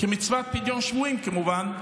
כמצוות פדיון שבויים, כמובן,